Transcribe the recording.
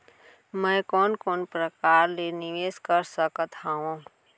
मैं कोन कोन प्रकार ले निवेश कर सकत हओं?